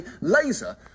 laser